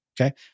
Okay